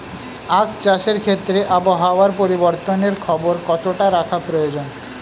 আখ চাষের ক্ষেত্রে আবহাওয়ার পরিবর্তনের খবর কতটা রাখা প্রয়োজন?